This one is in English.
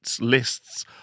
lists